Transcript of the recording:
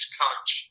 coach